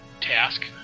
task